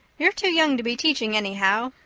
you're too young to be teaching anyhow.